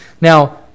Now